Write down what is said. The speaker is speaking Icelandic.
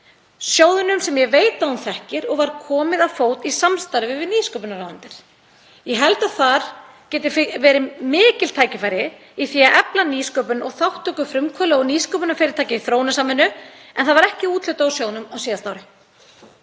Þróunarfræ, sem ég veit að hún þekkir, og var komið á fót í samstarfi við nýsköpunarráðuneytið. Ég held að þar geti verið mikil tækifæri í því að efla nýsköpun og þátttöku frumkvöðla- og nýsköpunarfyrirtækja í þróunarsamvinnu en ekki var úthlutað úr sjóðnum á síðasta ári.